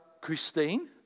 Christine